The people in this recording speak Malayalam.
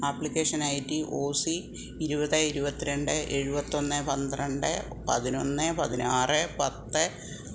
application I D O C ഇരുപത് ഇരുപത്തിരണ്ട് എഴുപത്തിയൊന്ന് പന്ത്രണ്ട് പതിനൊന്ന് പതിനാറ് പത്ത്